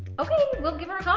okay, we'll give her a call!